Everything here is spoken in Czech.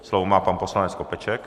Slovo má pan poslanec Skopeček.